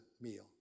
meal